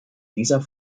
dieser